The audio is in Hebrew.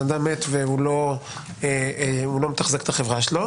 אדם מת והוא לא מתחזק את החברה שלו.